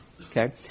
Okay